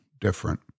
different